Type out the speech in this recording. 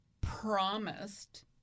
promised